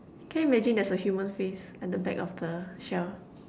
can you imagine there's a human face at the back of the shell